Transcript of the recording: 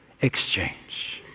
exchange